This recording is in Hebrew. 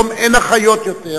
היום אין אחיות יותר